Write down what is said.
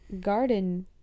garden